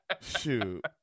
Shoot